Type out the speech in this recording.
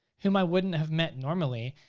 whom i wouldn't have met normally,